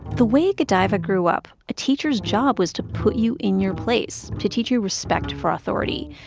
the way godaiva grew up, a teacher's job was to put you in your place to teach you respect for authority.